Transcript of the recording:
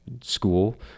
school